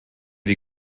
die